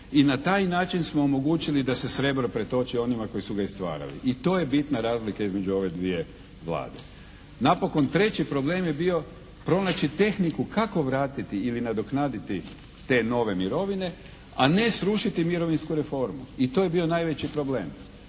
i na taj način smo omogućili da se srebro pretoči onima koji su ga i stvarali i to je bitna razlika između ove dvije Vlade. Napokon treći problem je bio pronaći tehniku kako vratiti ili nadoknaditi te nove mirovine, a ne srušiti mirovinsku reformu i to je bio najveći problem